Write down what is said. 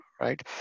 right